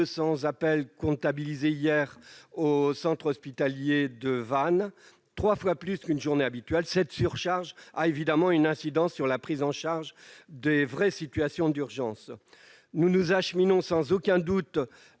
appels comptabilisés hier au centre hospitalier de Vannes, soit trois fois plus qu'une journée normale. Cette surcharge a évidemment une incidence sur la prise en charge des vraies situations d'urgence. Nous nous acheminons sans aucun doute